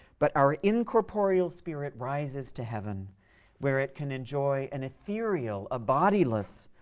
but our incorporeal spirit rises to heaven where it can enjoy an ethereal, a bodiless,